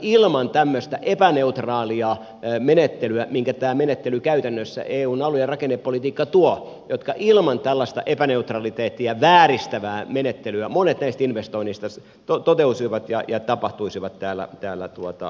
ilman tällaista epäneutraliteettia vääristävää menettelyä minkä käytännössä tämä eun alue ja rakennepolitiikka tuo jotka ilman tällaista epäneutraliteettia vääristävää menettelyä monet näistä investoinneista toteutuisivat ja tapahtuisivat täällä suomessa